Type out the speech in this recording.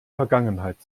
vergangenheit